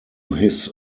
his